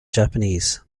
japanese